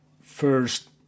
first